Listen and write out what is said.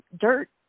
dirt